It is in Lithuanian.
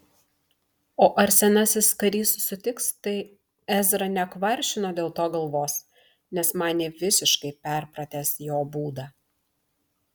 o ar senasis karys sutiks tai ezra nekvaršino dėl to galvos nes manė visiškai perpratęs jo būdą